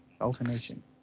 Alternation